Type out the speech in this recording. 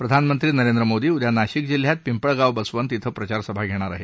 प्रधानमंत्री नरेंद्र मोदी उद्या नाशिक जिल्ह्यात पिंपळगाव बसवंत शिं प्रचारसभा धेणार आहेत